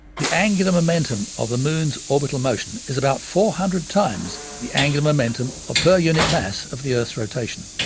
the angular momentum of the moon's orbital motion is about four hundred times the angular momentum ah per unit mass of the earth's rotation.